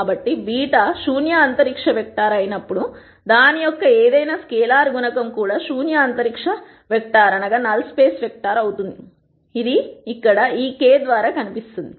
కాబట్టి β శూన్య అంతరిక్ష వెక్టర్ అయినప్పుడు దాని యొక్క ఏదైనా స్కేలార్ గుణకం కూడా శూన్య అంతరిక్ష వెక్టర్ అవుతుంది అది ఇక్కడ ఈ k ద్వారా కనిపిస్తుంది